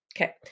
Okay